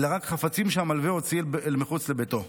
אלא רק חפצים שהמלווה הוציא אל מחוץ לביתו.